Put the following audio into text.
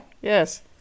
Yes